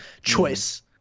choice